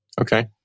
Okay